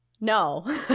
No